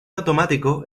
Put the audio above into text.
automático